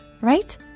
Right